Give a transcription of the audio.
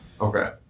okay